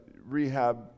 rehab